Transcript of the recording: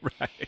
Right